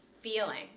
feeling